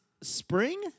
spring